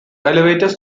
elevators